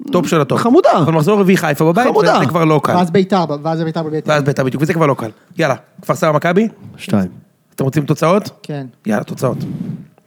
טופ של הטופ. חמודה. אנחנו נחזור ונביא חיפה בבית, חמודה. זה כבר לא קל. ואז בית"ר, ואז בית"ר בדיוק, וזה כבר לא קל. יאללה, כפר סבא מכבי? שתיים. אתם רוצים תוצאות? כן. יאללה, תוצאות.